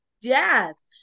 yes